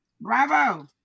bravo